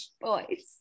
boys